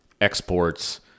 exports